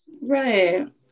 right